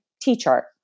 T-chart